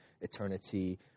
eternity